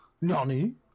Nani